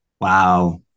Wow